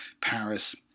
Paris